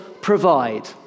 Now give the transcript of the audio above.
provide